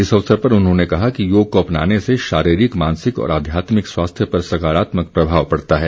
इस अवसर पर उन्होंने कहा कि योग को अपनाने से शारीरिक मानसिक और आध्यात्मिक स्वास्थ्य पर सकारात्मक प्रभाव पड़ता है